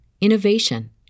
innovation